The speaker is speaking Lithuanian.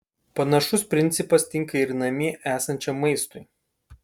panašus principas tinka ir namie esančiam maistui